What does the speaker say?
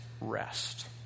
rest